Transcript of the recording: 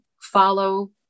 follow